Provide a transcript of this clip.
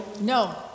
No